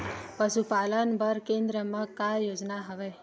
पशुपालन बर केन्द्र म का योजना हवे?